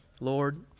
Lord